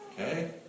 okay